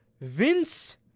Vince